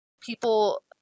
people